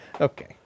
Okay